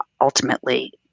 ultimately